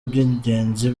by’ingenzi